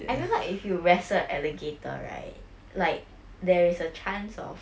I realise if you wrestle an alligator right like there is a chance of